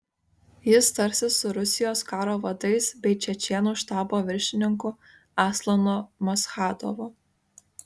jis tarsis su rusijos karo vadais bei čečėnų štabo viršininku aslanu maschadovu